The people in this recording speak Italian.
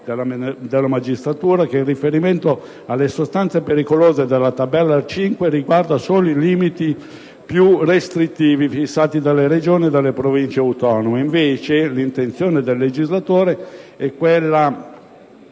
della magistratura - che il riferimento alle sostanze pericolose della tabella 5 riguardi solo i limiti più restrittivi fissati dalle Regioni e dalle Province autonome. Invece, l'intenzione del legislatore è quella